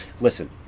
listen